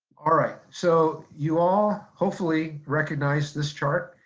all right, so you all, hopefully, recognize this chart.